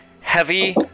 heavy